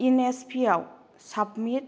N S P आव submit